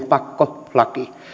pakkolaki